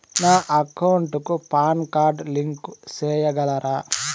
నా అకౌంట్ కు PAN card link సేయగలరా?